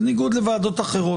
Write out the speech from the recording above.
בניגוד לוועדות אחרות.